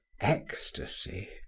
ecstasy